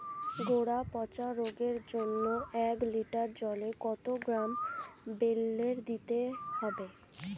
গোড়া পচা রোগের জন্য এক লিটার জলে কত গ্রাম বেল্লের দিতে হবে?